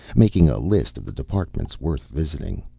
making a list of the departments worth visiting.